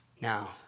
Now